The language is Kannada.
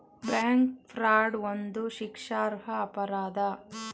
ಬ್ಯಾಂಕ್ ಫ್ರಾಡ್ ಒಂದು ಶಿಕ್ಷಾರ್ಹ ಅಪರಾಧ